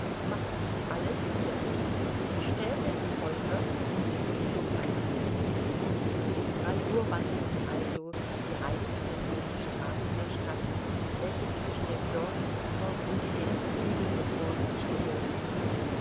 macht sich alles viereckig die städte die häuser und die dummheiten um drei uhr wandelten also die reisenden durch die straßen der stadt welche zwischen dem jordanufer und den ersten hügeln des wahsatchgebirges liegt